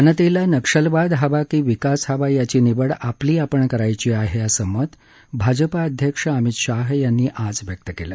जनतेला नक्षलवाद हवा की विकास हवा याची निवड आपली आपण करायची आहे असं मत भाजपा अध्यक्ष अमित शाह यांनी आज व्यक्त केलं